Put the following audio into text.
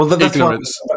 ignorance